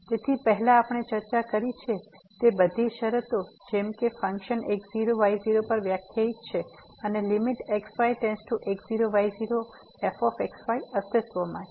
તેથી પહેલાં આપણે ચર્ચા કરી છે તે બધી શરતો જેમ કે ફંકશન x0y0 પર વ્યાખ્યાકિત છે અને limit x yx0 y0fx y અસ્તિત્વમાં છે